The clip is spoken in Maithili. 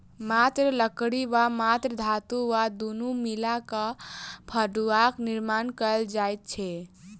मात्र लकड़ी वा मात्र धातु वा दुनू मिला क फड़ुआक निर्माण कयल जाइत छै